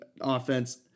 offense